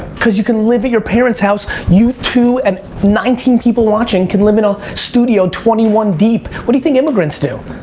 cause you can live in your parents house. you, too, and nineteen people watching, can live in a studio, twenty one deep. what do you think immigrants do?